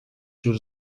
جور